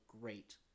great